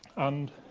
and